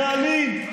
זה אלים.